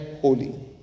holy